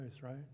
right